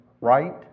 right